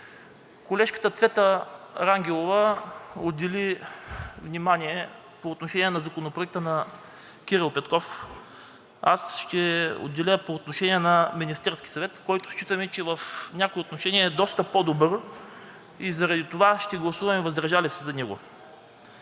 Колежката Цвета Рангелова отдели внимание по отношение на Законопроекта на Кирил Петков, а аз ще отделя внимание по отношение Законопроекта на Министерския съвет, който считаме, че в някои отношения е доста по-добър, и заради това ще гласуваме въздържал се за него.